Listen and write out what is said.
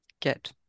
get